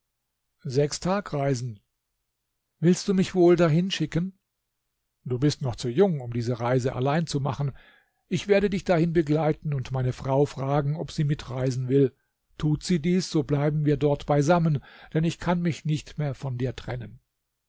sechs tagreisen willst du mich wohl dahin schicken du bist noch zu jung um diese reise allein zu machen ich werde dich dahin begleiten und meine frau fragen ob sie mitreisen will tut sie dies so bleiben wir dort beisammen denn ich kann mich nicht mehr von dir trennen